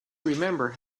remember